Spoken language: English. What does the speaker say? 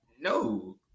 no